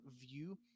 view